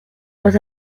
los